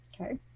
Okay